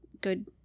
Good